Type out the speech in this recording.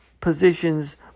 positions